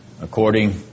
according